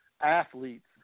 athletes